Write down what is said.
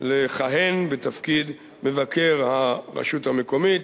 לכהן בתפקיד מבקר הרשות המקומית.